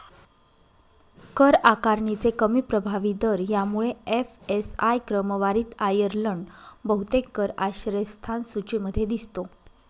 कर आकारणीचे कमी प्रभावी दर यामुळे एफ.एस.आय क्रमवारीत आयर्लंड बहुतेक कर आश्रयस्थान सूचीमध्ये दिसतो